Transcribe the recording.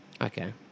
Okay